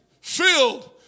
filled